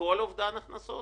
כל אובדן ההכנסות,